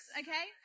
okay